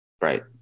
Right